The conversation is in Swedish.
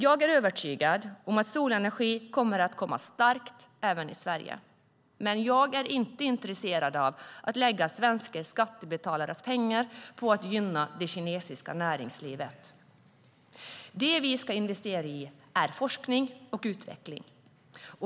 Jag är övertygad om att solenergi kommer att komma starkt även i Sverige, men jag är inte intresserad av att lägga svenska skattebetalares pengar på att gynna det kinesiska näringslivet. Vi ska investera i forskning och utveckling.